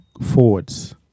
forwards